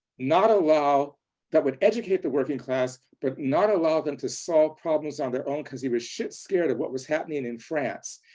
not allow that would educate the working class but not allow them to solve problems on their own because he was shit scared of what was happening in in france.